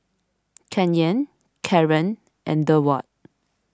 Canyon Kaaren and Durward